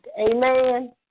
Amen